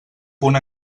punt